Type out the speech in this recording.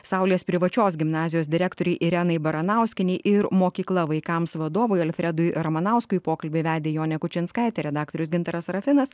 saulės privačios gimnazijos direktorei irenai baranauskienei ir mokykla vaikams vadovui alfredui ramanauskui pokalbį vedė jonė kučinskaitė redaktorius gintaras sarafinas